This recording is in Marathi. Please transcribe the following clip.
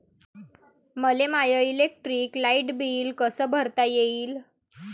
मले माय इलेक्ट्रिक लाईट बिल कस भरता येईल?